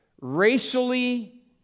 racially